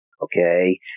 Okay